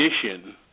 condition